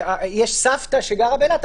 יש סבתא שגרה באילת,